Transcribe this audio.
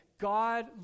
God